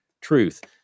truth